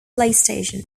playstation